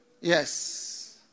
Yes